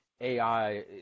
AI